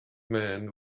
man